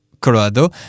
Colorado